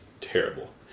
terrible